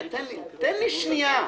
תן לי שנייה.